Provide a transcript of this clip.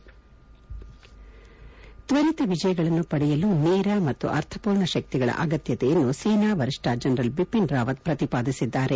head ತ್ವರಿತ ವಿಜಯಗಳನ್ನು ಪಡೆಯಲು ನೇರ ಮತ್ತು ಅರ್ಥಮೂರ್ಣ ಶಕ್ತಿಗಳ ಅಗತ್ಯತೆಯನ್ನು ಸೇನಾ ವರಿಷ್ಣ ಜನರಲ್ ಬಿಪಿನ್ ರಾವತ್ ಪ್ರತಿಪಾದಿಸಿದ್ದಾರೆ